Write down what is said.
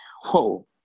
whoa